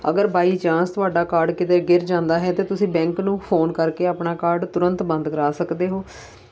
ਅਗਰ by chance ਤੁਹਾਡਾ card ਕਿਤੇ ਗਿਰ ਜਾਂਦਾ ਹੈ ਤਾਂ ਤੁਸੀਂ ਬੈਂਕ ਨੂੰ ਫੋਨ ਕਰਕੇ ਆਪਣਾ ਕਾਰਡ ਤੁਰੰਤ ਬੰਦ ਕਰਾ ਸਕਦੇ ਹੋ